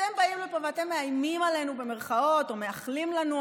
אתם באים לפה ואתם "מאיימים" עלינו או מאחלים לנו,